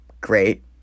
great